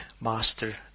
Master